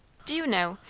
do you know,